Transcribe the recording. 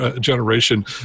generation